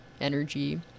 energy